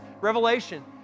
Revelation